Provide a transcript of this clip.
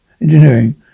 engineering